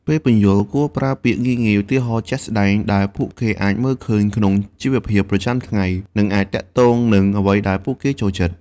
ពេលពន្យល់ គួរប្រើពាក្យងាយៗ ឧទាហរណ៍ជាក់ស្តែងដែលពួកគេអាចមើលឃើញក្នុងជីវភាពប្រចាំថ្ងៃ និងអាចទាក់ទងនឹងអ្វីដែលពួកគេចូលចិត្ត។